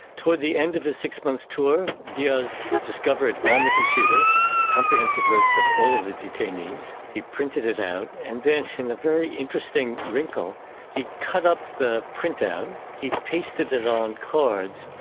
toward the end of his six-months tour diaz discovered on the computer a comprehensive list of all of the detainees. he printed it out and then in a very interesting wrinkle he cut up the printout, he pasted it on cards,